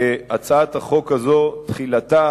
שהצעת החוק הזאת, תחילתה